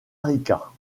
rica